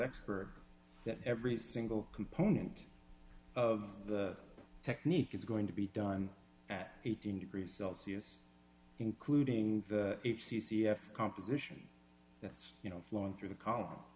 her that every single component of the technique is going to be done at eighteen degrees celsius including the c c f composition that's you know flowing through the c